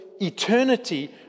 eternity